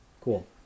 Cool